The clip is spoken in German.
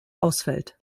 ausfällt